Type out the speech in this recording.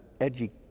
edgy